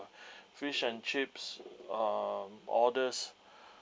fish and chips uh all these